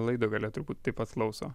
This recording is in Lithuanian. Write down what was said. laido gale turbūt taip pat klauso